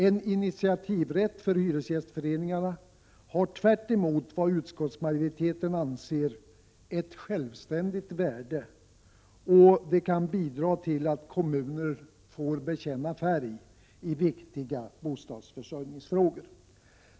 En initiativrätt för hyresgästföreningarna har, tvärtemot vad utskottsmajoriteten anser, ett självständigt värde och kan bidra till att kommunerna får bekänna färg i viktiga bostadsförsörjningsfrågor.